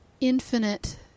infinite